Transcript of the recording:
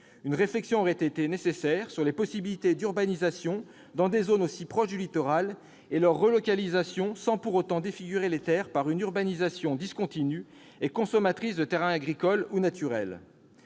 Une réflexion aurait été nécessaire sur les possibilités d'urbanisation dans des zones aussi proches du littoral et leur relocalisation sans pour autant défigurer les terres par une urbanisation discontinue et consommatrice de terrains agricoles ou naturels.